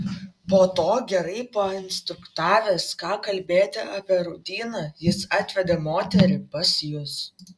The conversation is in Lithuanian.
po to gerai painstruktavęs ką kalbėti apie rūdyną jis atvedė moterį pas jus